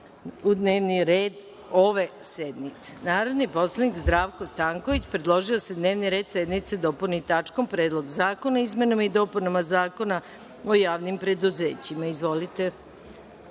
u dnevni red ove sednice. Narodni poslanik Zdravko Stanković predložio je da se dnevni red sednice dopuni tačkom - Predlog zakona o izmenama i dopunama Zakona o javnim preduzećima. Stavljam